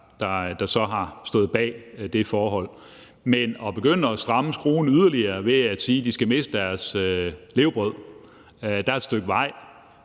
der så har stået bag det forhold. Men at begynde at stramme skruen yderligere ved at sige, at de skal miste deres levebrød, er der et stykke vej